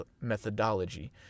methodology